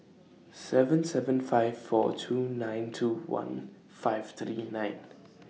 seven seven five four two nine two one five three nine